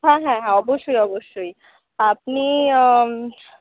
হ্যাঁ হ্যাঁ অবশ্যই অবশ্যই আপনি